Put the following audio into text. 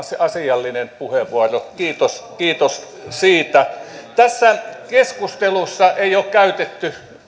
asiallinen puheenvuoro kiitos kiitos siitä tässä keskustelussa ei ole käytetty